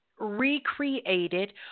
recreated